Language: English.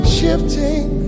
shifting